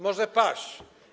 Może paść.